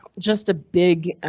just a big ah